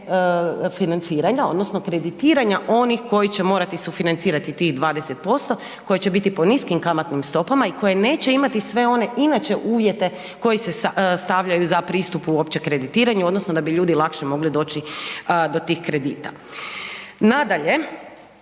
financiranja, odnosno kreditiranja onih koji će morati sufinancirati tih 20%, koji će biti po niskim kamatnim stopama i koji neće imati sve one inače uvjete koji se stavljaju za pristup uopće kreditiranju odnosno da bi ljudi lakše mogli doći do tih kredita. Nadalje,